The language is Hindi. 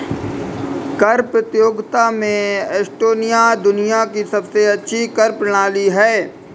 कर प्रतियोगिता में एस्टोनिया दुनिया की सबसे अच्छी कर प्रणाली है